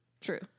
True